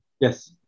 Yes